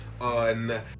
on